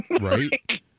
Right